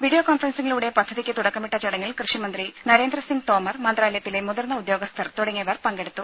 video കോൺഫറൻസിംഗിലൂടെ പദ്ധതിയ്ക്ക് തുടക്കമിട്ട ചടങ്ങിൽ കൃഷിമന്ത്രി നരേന്ദ്രസിംഗ് തോമർ മന്ത്രാലയത്തിലെ മുതിർന്ന ഉദ്യോഗസ്ഥർ തുടങ്ങിയവർ പങ്കെടുത്തു